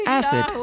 acid